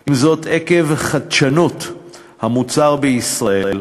עם זאת, עקב חדשנות המוצר בישראל,